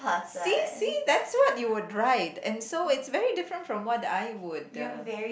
see see that's what you would write and so it's very different from what I would